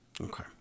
Okay